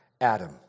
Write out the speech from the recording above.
Adam